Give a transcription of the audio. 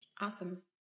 Awesome